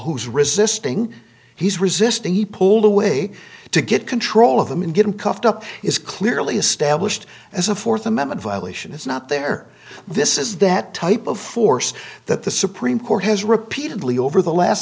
who's resisting he's resisting he pulled away to get control of them and get him cuffed up is clearly established as a fourth amendment violation is not there this is that type of force that the supreme court has repeatedly over the last